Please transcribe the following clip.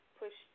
push